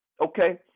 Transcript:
Okay